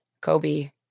Kobe